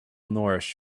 nourish